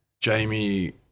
Jamie